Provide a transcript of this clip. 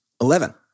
Eleven